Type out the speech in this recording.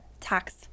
tax